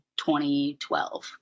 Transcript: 2012